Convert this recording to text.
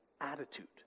attitude